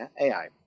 AI